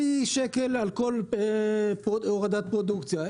חצי שקל על כל הורדת פרודוקציה.